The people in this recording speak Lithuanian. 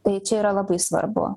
tai čia yra labai svarbu